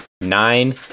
nine